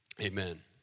amen